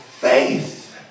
faith